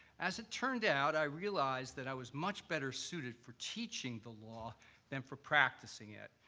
as it turned out, i realized that i was much better suited for teaching the law than for practicing it,